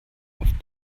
auf